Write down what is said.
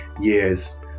years